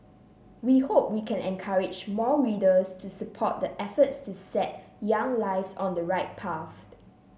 we hope we can encourage more readers to support the efforts to set young lives on the right path